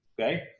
Okay